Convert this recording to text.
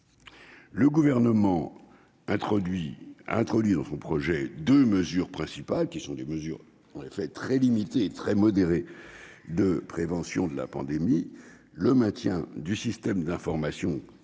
Le Gouvernement a introduit dans son projet deux mesures principales qui sont des mesures à l'effet très limité et très modéré de prévention de la pandémie : le maintien du système d'information, qui